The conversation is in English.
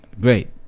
great